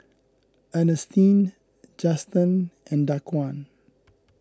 Ernestine Juston and Daquan